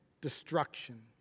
destruction